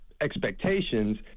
expectations